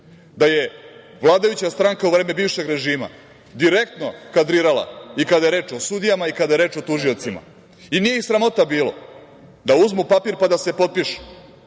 da je vladajuća stranka u vreme bivšeg režima direktno kadrirala i kada je reč o sudijama i kada je reč o tužiocima. Nije ih sramota bilo da uzmu papir pa da se potpišu.